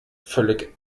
völlig